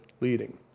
leading